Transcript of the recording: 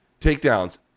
takedowns